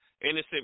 innocent